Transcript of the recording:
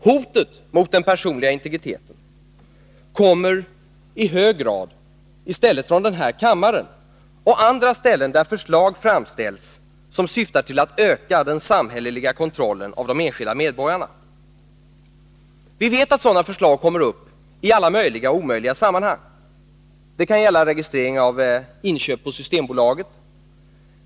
Hotet mot den personliga integriteten kommer i hög grad i stället från den här kammaren och andra ställen där förslag framställs som syftar till att öka den samhälleliga kontrollen av de enskilda medborgarna. Vi vet att sådana förslag kommer upp i alla möjliga och omöjliga sammanhang. Det kan gälla registrering av inköp på Systembolaget.